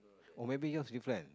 oh maybe yours different